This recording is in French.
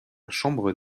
chambre